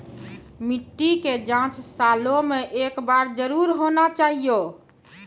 मिट्टी के जाँच सालों मे एक बार जरूर होना चाहियो?